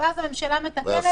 ואז הממשלה מתקנת.